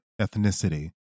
ethnicity